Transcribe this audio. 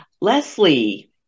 Leslie